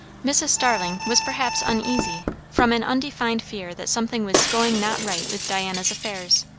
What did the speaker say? mrs. starling was perhaps uneasy from an undefined fear that something was going not right with diana's affairs.